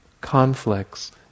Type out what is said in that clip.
conflicts